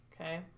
okay